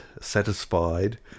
satisfied